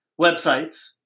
websites